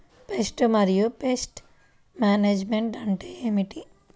Pest మరియు pest management అంటే ఏమిటి?